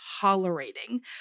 tolerating